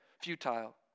futile